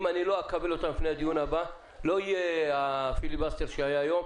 אם אני לא אקבל אותן לפני הדיון הבא לא יהיה הפיליבסטר שהיה היום.